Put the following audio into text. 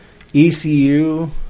ECU